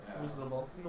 reasonable